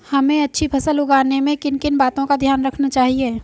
हमें अच्छी फसल उगाने में किन किन बातों का ध्यान रखना चाहिए?